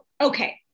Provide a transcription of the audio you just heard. okay